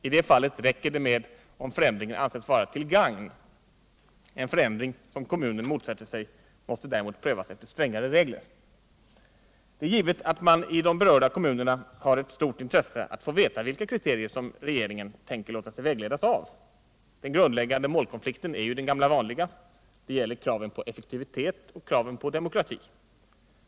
I det fallet räcker det med att förändringen anses vara ”till gagn”. En förändring som kommunen motsätter sig måste däremot prövas efter strängare regler. Det är givet att man i de berörda kommunerna har ett stort intresse av att få veta vilka kriterier som regeringen tänker låta sig vägledas av. Den grundläggande målkonflikten är den gamla vanliga — det gäller kraven på effektivitet och kraven på demokrati.